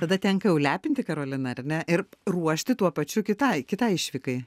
tada tenka jau lepinti karoliną ar ne ir ruošti tuo pačiu kitai kitai išvykai